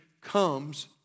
comes